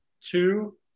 Two